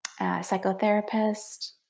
psychotherapist